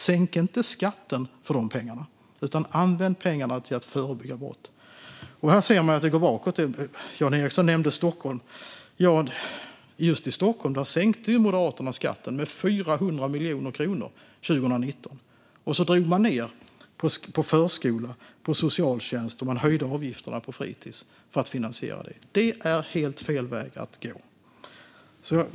Sänk inte skatten för de pengarna, utan använd pengarna till att förebygga brott! Här ser man att det går bakåt. Jan Ericson nämnde Stockholm. Just i Stockholm sänkte Moderaterna skatten med 400 miljoner kronor 2019. De drog ned på förskola och socialtjänst och höjde avgifterna på fritis för att finansiera detta. Det är helt fel väg att gå.